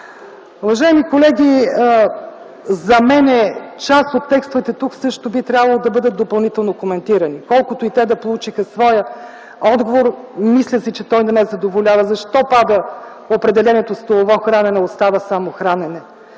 Уважаеми колеги, за мен част от текстовете тук също би трябвало да бъдат коментирани допълнително. Колкото и те да получиха своя отговор, мисля си, че той не ме задоволява. Защо отпада определението „столово хранене”, а остава само „хранене”.